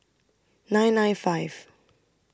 nine nine five